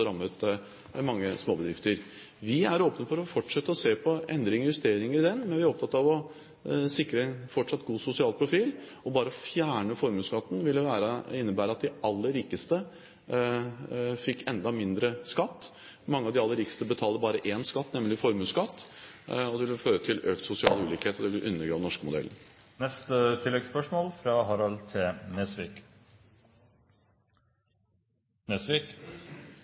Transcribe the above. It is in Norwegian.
rammet mange småbedrifter. Vi er åpne for å fortsette å se på endringer og justeringer i den, men vi er opptatt av å sikre en fortsatt god sosial profil, og det bare å fjerne formuesskatten ville innebære at de aller rikeste fikk enda mindre skatt – mange av de aller rikeste betaler bare én skatt, nemlig formuesskatt – det ville føre til økt sosial ulikhet, og det ville undergrave den norske modellen.